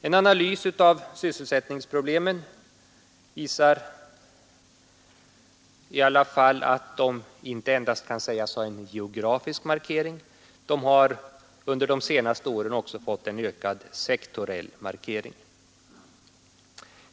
En analys av sysselsättningsproblemen visar i alla fall att de inte endast kan sägas ha en geografisk markering, utan de har under de senaste åren också fått en ökad sektorell markering.